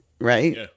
right